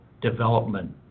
development